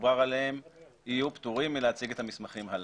דובר יהיו פטורים מלהציג את המסמכים הללו.